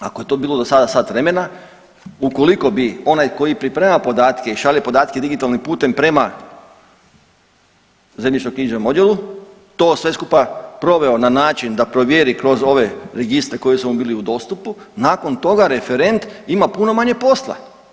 Ako je to dosada bilo sat vremena, ukoliko bi onaj koji priprema podatke i šalje digitalnim putem prema zemljišnoknjižnom odjelu to sve skupa proveo na način da provjeri kroz ove registre koji su mu bili u dostupu, nakon toga referent ima puno manje posla.